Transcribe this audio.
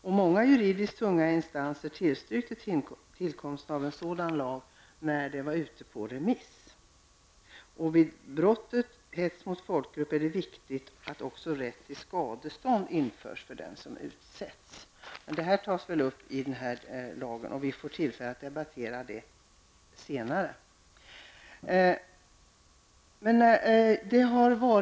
Många tunga juridiska instanser tillstyrkte tillkomsten av sådan lag, när förslaget var ute på remiss. Vid brottet hets mot folkgrupp är det också viktigt att rätt till skadestånd införs för den som utsätts. Detta kommer väl att tas upp i lagen, och vi kommer att få tillfälle att debattera det senare.